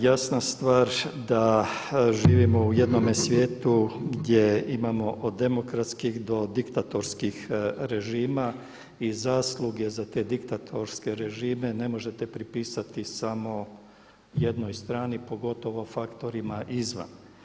Jasna stvar da živimo u jednom svijetu gdje imamo od demokratskih do diktatorskih režima i zasluge za te diktatorske režime ne možete pripisati samo jednoj strani pogotovo faktorima izvan.